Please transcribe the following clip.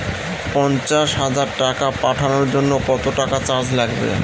পণ্চাশ হাজার টাকা পাঠানোর জন্য কত টাকা চার্জ লাগবে?